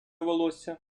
волосся